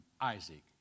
Isaac